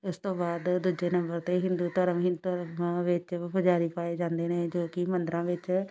ਇਸ ਤੋਂ ਬਾਅਦ ਦੂਜੇ ਨੰਬਰ 'ਤੇ ਹਿੰਦੂ ਧਰਮ ਹਿੰਦੂ ਧਰਮ ਵਿੱਚ ਪੁਜਾਰੀ ਪਾਏ ਜਾਂਦੇ ਨੇ ਜੋ ਕਿ ਮੰਦਰਾਂ ਵਿੱਚ